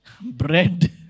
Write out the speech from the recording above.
bread